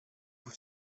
with